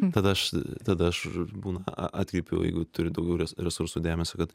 tada aš tada aš būna atkreipiu jeigu turi daugiau resursų dėmesį kad